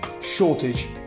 shortage